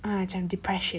ah macam depression